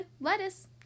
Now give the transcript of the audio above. lettuce